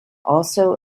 also